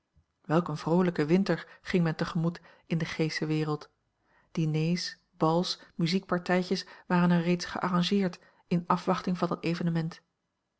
een vroolijken winter ging men te gemoet in de g sche wereld diners bals muziekpartijtjes waren er reeds gearrangeerd in afwachting van dat evenement